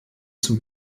zum